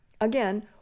Again